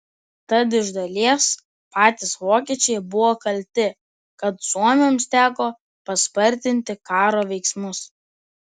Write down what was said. tad iš dalies patys vokiečiai buvo kalti kad suomiams teko paspartinti karo veiksmus